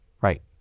Right